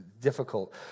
difficult